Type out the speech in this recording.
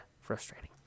frustrating